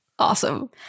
Awesome